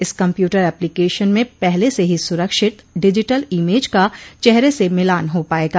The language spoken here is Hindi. इस कम्प्यूटर एप्लिकेशन में पहले से ही सुरक्षित डिजिटल इमेज का चेहरे से मिलान हो पाएगा